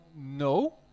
no